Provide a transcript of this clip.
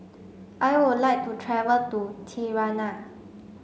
I would like to travel to Tirana